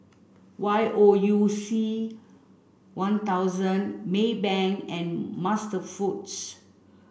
Y O U C One thousand Maybank and MasterFoods